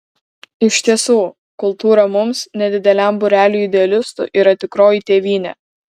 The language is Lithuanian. iš tiesų kultūra mums nedideliam būreliui idealistų yra tikroji tėvynė